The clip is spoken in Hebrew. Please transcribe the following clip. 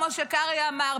כמו שקרעי אמר,